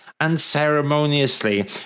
unceremoniously